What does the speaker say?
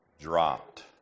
dropped